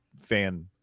fan